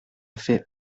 fait